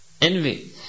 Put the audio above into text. Envy